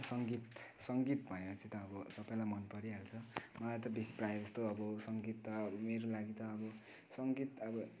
सङ्गीत सङ्गीत भनेपछि त अब सबैलाई मन परिहाल्छ मलाई त बेसी प्राय जस्तो अब सङ्गीत त मेरो लागि त अब सङ्गीत अब